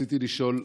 רציתי לשאול: